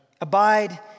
Abide